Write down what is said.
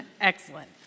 Excellent